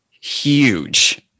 huge